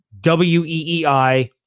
WEEI